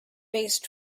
based